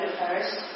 first